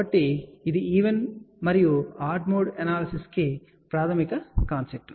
కాబట్టి ఇది ఈవెన్ మరియు ఆడ్ మోడ్ అనాలసిస్ కు ప్రాథమిక కాన్సెప్ట్